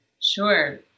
Sure